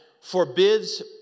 forbids